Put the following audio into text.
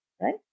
right